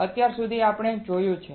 આ સુધી આપણે જોયું છે